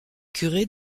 curé